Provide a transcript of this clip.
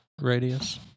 radius